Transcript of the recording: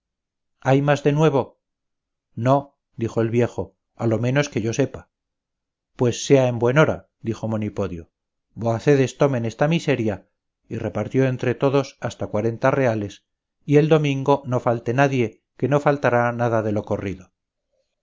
hay más de nuevo no dijo el viejo a lo menos que yo sepa pues sea en buen hora dijo monipodio voacedes tomen esta miseria y repartió entre todos hasta cuarenta reales y el domingo no falte nadie que no faltará nada de lo corrido